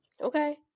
okay